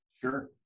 Sure